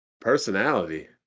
Personality